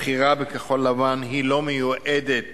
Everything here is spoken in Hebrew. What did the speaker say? הבחירה בכחול-לבן לא מיועדת